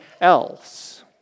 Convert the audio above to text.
else